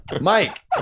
Mike